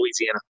louisiana